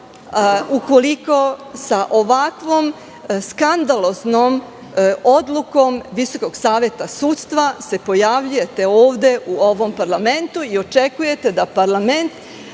ukoliko sa ovakvom skandaloznom odlukom Visokog saveta sudstva se pojavljujete ovde u ovom parlamentu i očekujete da parlament